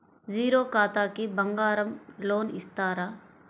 Zero ఖాతాకి బంగారం loan ఇస్తారా?